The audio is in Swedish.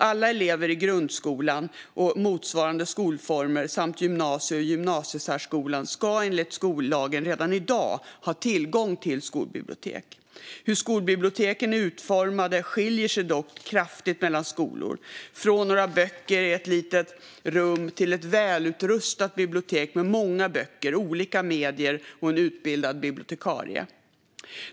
Alla elever i grundskolan och motsvarande skolformer samt gymnasieskolan och gymnasiesärskolan ska enligt skollagen redan i dag ha tillgång till skolbibliotek. Hur skolbiblioteken är utformade skiljer sig dock kraftigt mellan skolor, från några böcker i ett litet rum till ett välutrustat bibliotek med många böcker, olika medier och en utbildad bibliotekarie.